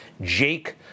Jake